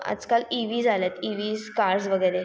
आजकाल ईवीज आल्यात EVs cars वगैरे